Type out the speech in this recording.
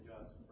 God's